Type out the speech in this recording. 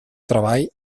treball